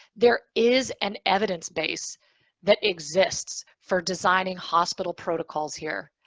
there is an evidence base that exists for designing hospital protocols here.